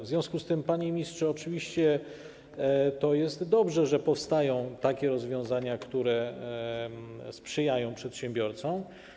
W związku z tym, panie ministrze, oczywiście to dobrze, że powstają takie rozwiązania sprzyjające przedsiębiorcom.